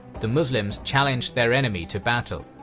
the muslims challenged their enemy to battle,